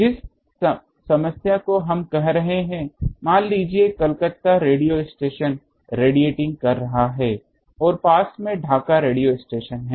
जिस समस्या को हम कह रहे हैं मान लीजिए कलकत्ता रेडियो स्टेशन रेडिएटिंग कर रहा है और पास में ढाका रेडियो स्टेशन है